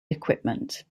equipment